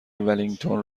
ولینگتون